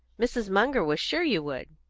mrs. munger was sure you would,